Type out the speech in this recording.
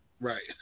Right